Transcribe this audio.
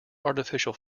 artificial